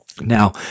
Now